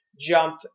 jump